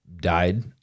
died